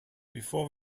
before